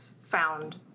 found